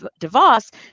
DeVos